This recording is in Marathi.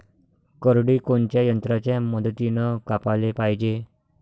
करडी कोनच्या यंत्राच्या मदतीनं कापाले पायजे?